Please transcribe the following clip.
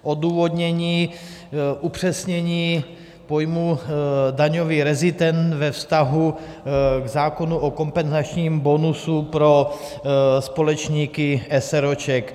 Odůvodnění upřesnění pojmu daňový rezident ve vztahu k zákonu o kompenzačním bonusu pro společníky eseróček.